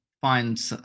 find